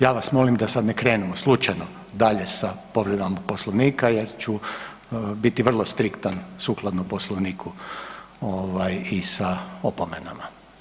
Ja vas molim da sad ne krenemo slučajno dalje sa povredama Poslovnika jer ću biti vrlo striktan sukladno Poslovniku i sa opomenama.